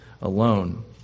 alone